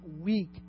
weak